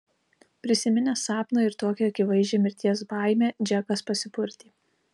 prisiminęs sapną ir tokią akivaizdžią mirties baimę džekas pasipurtė